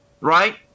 right